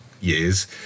years